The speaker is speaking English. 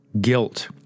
guilt